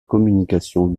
communication